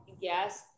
yes